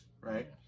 right